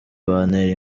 bantera